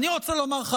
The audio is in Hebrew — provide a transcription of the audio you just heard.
אני רוצה לומר לך,